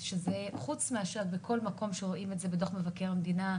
חוץ מאשר בכל מקום שרואים את זה בדוח מבקר המדינה,